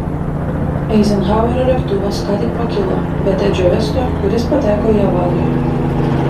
eizenhauerio lėktuvas ką tik pakilo be tedžio vesto kuris pateko į avariją